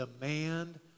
demand